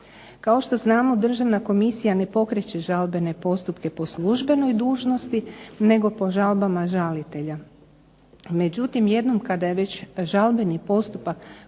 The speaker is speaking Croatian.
Kao što znamo Državna komisija ne pokreće žalbene postupke po službenoj dužnosti nego po žalbama žalitelja. Međutim, jednom kada je već žalbeni postupak